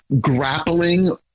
grappling